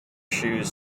shoes